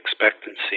expectancy